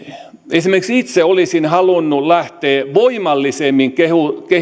esimerkiksi itse olisin halunnut lähteä voimallisemmin